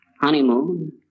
honeymoon